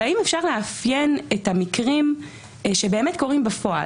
והאם אפשר לאפיין את המקרים שקורים בפועל?